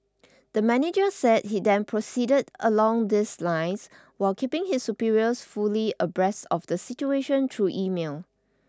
the manager said he then proceeded along these lines while keeping his superiors fully abreast of the situation through email